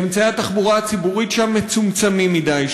אמצעי התחבורה הציבורית שם מצומצמים מדי,